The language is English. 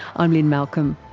i'm lynne malcolm.